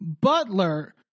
butler